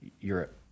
Europe